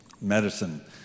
medicine